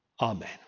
Amen